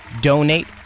Donate